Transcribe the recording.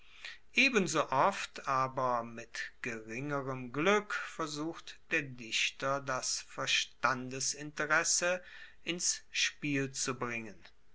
ebenso oft aber mit geringerem glueck versucht der dichter das verstandesinteresse ins spiel zu bringen